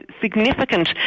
significant